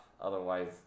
Otherwise